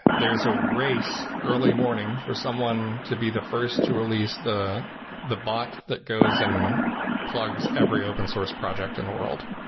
there is a race early morning for someone to be the first to release the the bot that goes and plugs every open source project in the world.